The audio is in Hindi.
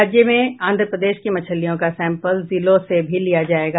राज्य में आंध्र प्रदेश की मछलियों का सैंपल जिलों से भी लिया जायेगा